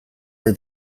are